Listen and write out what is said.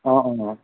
অঁ অঁ অঁ